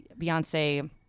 Beyonce